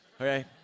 Okay